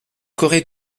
corée